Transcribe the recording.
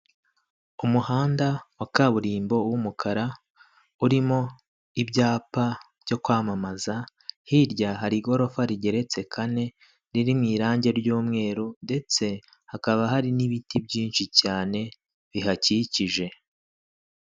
Umuhanda wa kaburimbo w'umukara urimo ibyapa byo kwamamaza hirya hari igorofa rigeretse kane riri mu irangi ry'umweru ndetse hakaba hari n'ibiti byinshi cyane bihakikije.